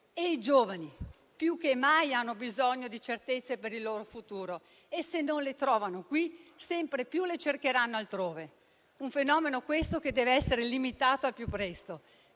I giovani più che mai hanno bisogno di certezze per il loro futuro, e, se non le trovano qui, sempre più le cercheranno altrove. È un fenomeno, questo, che deve essere limitato al più presto.